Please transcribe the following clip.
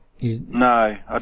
no